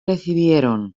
recibieron